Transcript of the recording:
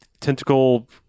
tentacle